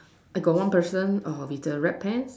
I got one person err with the red pants